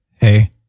Hey